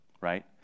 right